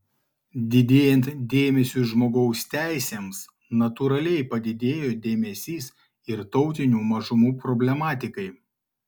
didėjant dėmesiui žmogaus teisėms natūraliai padidėjo dėmesys ir tautinių mažumų problematikai